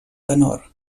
tenor